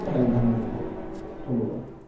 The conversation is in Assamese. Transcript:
খেল ধেমালী হওক থলুৱা